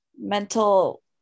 mental